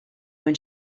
when